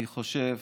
אני חושב